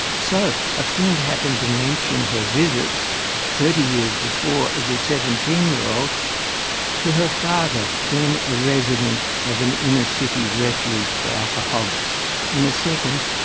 so a friend happened to mention her visits thirty years before as a seventeen-year-old to her father, then a resident of an inner-city refuge refuge for alcoholics in a second,